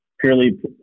purely